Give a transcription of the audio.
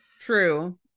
True